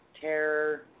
terror